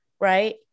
Right